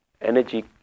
Energy